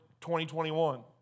2021